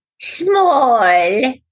Small